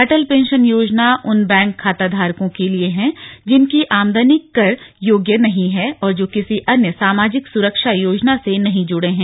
अटल pension योजना उन bank खाताधारकों के लिए है जिनकी आमदनी कर योग्य नहीं है और जो किसी अन्य सामाजिक सुरक्षा योजना से नहीं जुड़े हैं